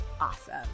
awesome